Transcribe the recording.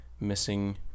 missing